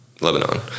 Lebanon